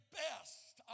best